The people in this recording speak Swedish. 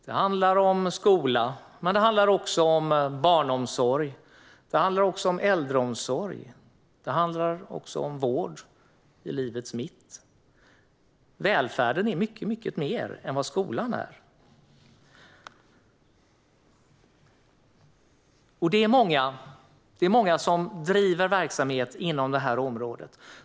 Det handlar om skola men också om barnomsorg, äldreomsorg och vård i livets mitt. Välfärden är mycket mer än bara skolan. Det är många som bedriver verksamhet inom detta område.